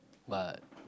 but